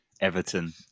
Everton